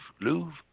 Louvre